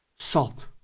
salt